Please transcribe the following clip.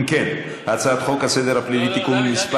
אם כן, הצעת חוק סדר הדין הפלילי (תיקון מס'